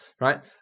right